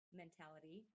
mentality